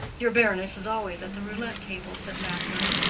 your baroness is always at the roulette-table, said mackworth.